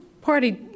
party